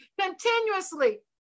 continuously